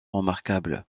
remarquable